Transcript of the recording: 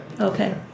Okay